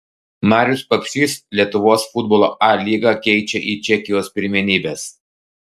marius papšys lietuvos futbolo a lygą keičia į čekijos pirmenybes